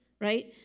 right